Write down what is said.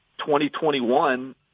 2021